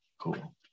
cool